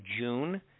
June